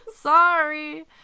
Sorry